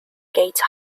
gate